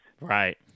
right